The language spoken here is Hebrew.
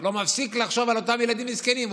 לא מפסיק לחשוב על אותם ילדים מסכנים.